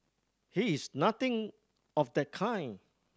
he is nothing of the kind